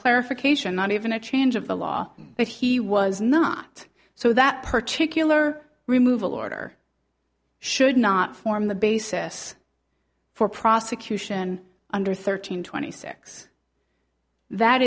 clarification not even a change of the law but he was not so that particular removal order should not form the basis for prosecution under thirteen twenty six that